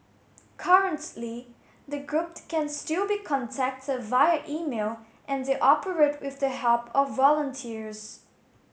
currently the group can still be contacted via email and they operate with the help of volunteers